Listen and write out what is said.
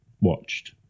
watched